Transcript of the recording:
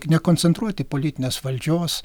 nekoncentruoti politinės valdžios